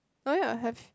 oh ya have